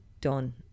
Done